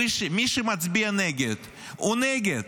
מי שמצביע נגד הוא נגד.